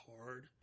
hard